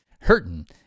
hurting